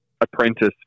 apprentice